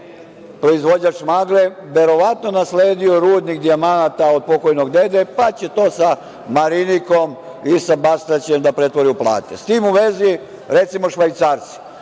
proizvođač magle, verovatno nasledio rudnik dijamanata od pokojnog dede, pa će to sa Marinikom i sa Bastaćem da pretvori u plate. S tim u vezi, recimo Švajcarci,